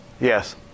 Yes